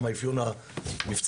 גם האפיון המבצעי,